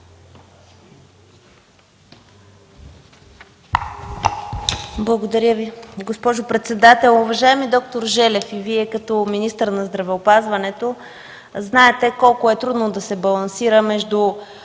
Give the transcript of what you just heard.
Благодаря Ви, госпожо председател. Уважаеми д-р Желев, и Вие като министър на здравеопазването знаете колко е трудно да се балансира между